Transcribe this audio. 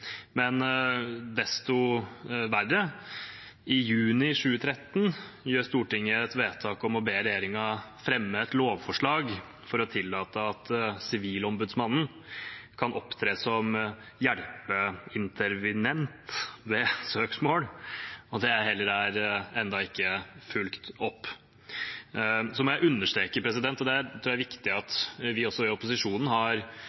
men desto verre. I juni 2013 gjorde Stortinget et vedtak om å be regjeringen fremme et lovforslag for å tillate at Sivilombudsmannen kan opptre som hjelpeintervenient ved søksmål. Det er heller ikke fulgt opp ennå. Jeg må understreke – og det er viktig – at vi i opposisjonen har